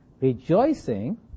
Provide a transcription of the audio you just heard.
rejoicing